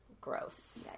Gross